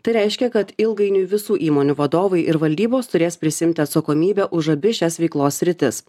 tai reiškia kad ilgainiui visų įmonių vadovai ir valdybos turės prisiimti atsakomybę už abi šias veiklos sritis